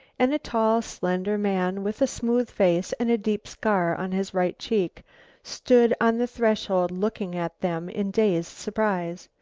and a tall slender man with a smooth face and a deep scar on his right cheek stood on the threshold looking at them in dazed surprise.